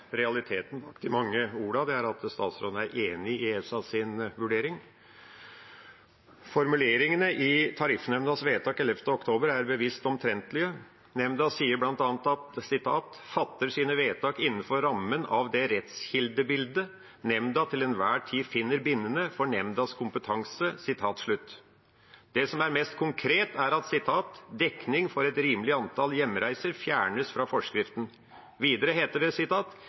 realiteten i de mange ordene, det er at statsråden er enig i ESAs vurdering. Formuleringene i Tariffnemndas vedtak 11. oktober er bevisst omtrentlige. Nemnda sier bl.a. at de «fatter sine vedtak innenfor rammene av det rettskildebildet nemnda til enhver tid finner bindende for nemndas kompetanse». Det som er mest konkret, er at «dekning for «et rimelig antall hjemreiser» fjernes fra forskriften». Videre heter det: